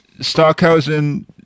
Stockhausen